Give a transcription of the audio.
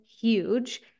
huge